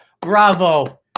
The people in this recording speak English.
Bravo